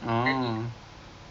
adam dia cakap dia tak nak